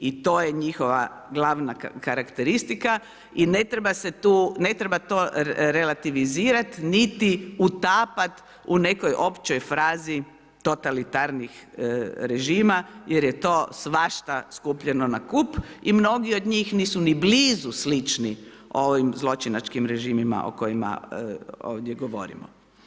I to je njihova glavna karakteristika i ne treba to relativizirati niti utapati u nekoj općoj frazi totalitarnih režima jer je to svašta skupljeno na kup i mnogi od njih nisu ni blizu slični ovim zločinačkim režimima o kojima ovdje govorimo.